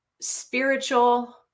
spiritual